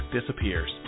disappears